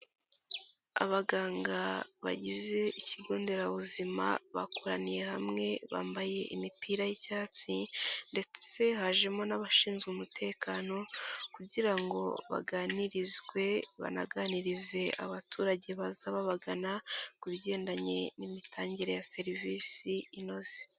Abaganga bagize ikigo nderabuzima bakoraniye hamwe bambaye imipira y'icyatsi, ndetse hajemo n'abashinzwe umutekano, kugira ngo baganirizwe banaganirize abaturage baza babagana, ku bigendanye n'imitangire ya serivisi inoze.